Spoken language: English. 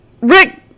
Rick